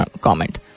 comment